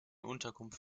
unterkunft